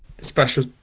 special